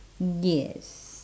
yes